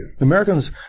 Americans